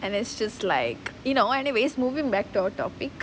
and it's just like you know anyway moving back to our topic